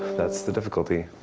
that's the difficulty.